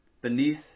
Beneath